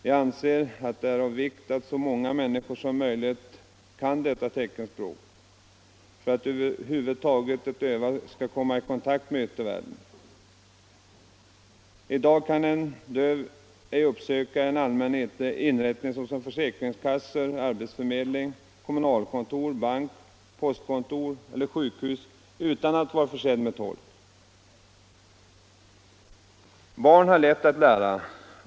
Jag anser att det är av vikt att så många människor som möjligt kan detta teckenspråk för att de döva över huvud taget skall komma i kontakt med yttervärlden. I dag kan en döv ej uppsöka en allmän inrättning såsom försäkringskassan, arbetsförmedling, kommunalkontor, bank, postkontor eller sjukhus utan att vara försedd med tolk. Barn har lätt att lära.